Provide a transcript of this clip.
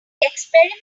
experiments